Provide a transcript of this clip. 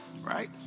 Right